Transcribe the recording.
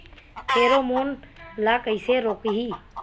Pheromone ला कइसे रोकही?